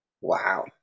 wow